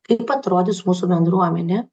kaip atrodys mūsų bendruomenė